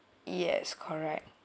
yes correct